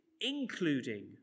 including